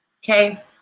okay